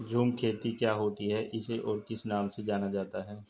झूम खेती क्या होती है इसे और किस नाम से जाना जाता है?